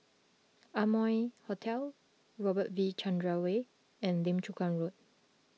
Amoy Hotel Robert V Chandran Way and Lim Chu Kang Road